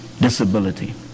disability